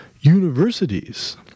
universities